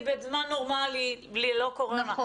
היא בזמן נורמלי ללא קורונה,